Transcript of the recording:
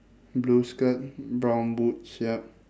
blue skirt brown boots yup